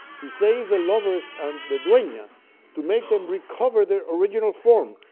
to save the lovers and the duenas to make them recover their original form.